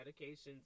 medications